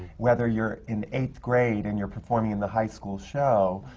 whether you're in eighth grade and you're performing in the high school show,